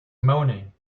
moaning